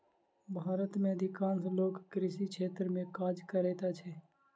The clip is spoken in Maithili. भारत में अधिकांश लोक कृषि क्षेत्र में काज करैत अछि